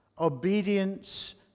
obedience